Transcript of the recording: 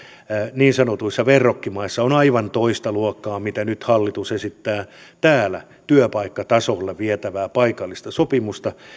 niin sanotuissa verrokkimaissamme on aivan toista luokkaa kuin nyt hallitus esittää täällä työpaikkatasolle vietävää paikallista sopimista